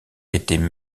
étaient